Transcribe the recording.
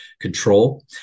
control